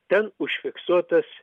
ten užfiksuotas